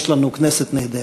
יש לנו כנסת נהדרת.